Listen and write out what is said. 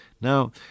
Now